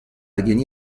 gagné